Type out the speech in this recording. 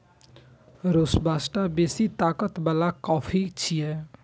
robusta बेसी ताकत बला कॉफी छियै